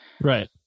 right